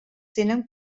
tenen